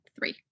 three